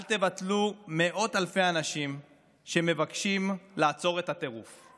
אל תבטלו מאות אלפי אנשים שמבקשים לעצור את הטירוף.